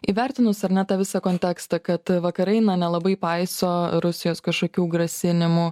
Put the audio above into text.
įvertinus ar ne tą visą kontekstą kad vakarai nelabai paiso rusijos kažkokių grasinimų